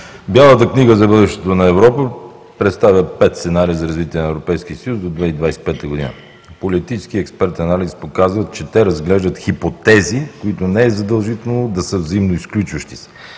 Бялата книга за бъдещето на Европа представя пет сценария за развитие на Европейския съюз до 2025 г. Политическият и експертен анализ показва, че те разглеждат хипотези, които не е задължително да са взаимно изключващи се.